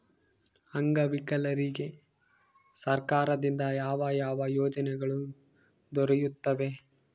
ಅಂಗವಿಕಲರಿಗೆ ಸರ್ಕಾರದಿಂದ ಯಾವ ಯಾವ ಯೋಜನೆಗಳು ದೊರೆಯುತ್ತವೆ?